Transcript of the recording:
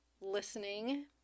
listening